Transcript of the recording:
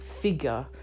figure